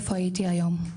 איפה הייתי היום.